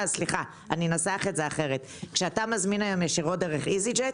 אנסח אחרת: כשאתה מזמין ישירות דרך איזיג'ט